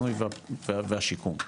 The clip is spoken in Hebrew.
הבינוי השיקום,